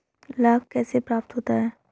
लाख कैसे प्राप्त होता है?